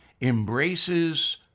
embraces